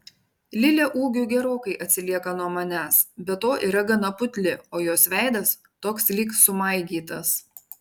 lilė ūgiu gerokai atsilieka nuo manęs be to yra gana putli o jos veidas toks lyg sumaigytas